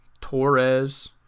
Torres